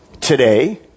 Today